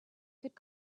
could